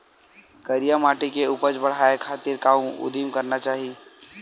करिया माटी के उपज बढ़ाये खातिर का उदिम करना चाही?